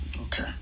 Okay